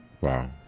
wow